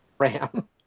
RAM